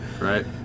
Right